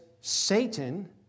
Satan